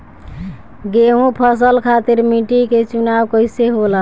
गेंहू फसल खातिर मिट्टी के चुनाव कईसे होला?